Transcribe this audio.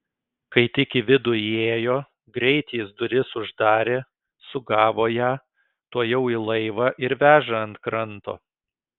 kai tik į vidų įėjo greit jis duris uždarė sugavo ją tuojau į laivą ir veža ant kranto